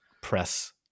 press